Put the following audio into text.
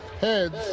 Heads